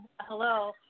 hello